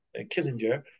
Kissinger